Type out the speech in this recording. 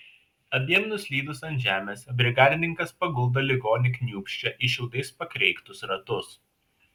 abiem nuslydus ant žemės brigadininkas paguldo ligonį kniūbsčią į šiaudais pakreiktus ratus